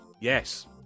Yes